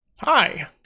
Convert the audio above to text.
Hi